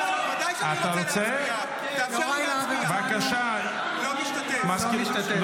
ודאי שאני רוצה --- בבקשה, סגנית מזכיר הכנסת.